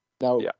Now